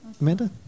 Amanda